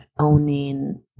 owning